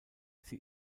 sie